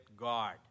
God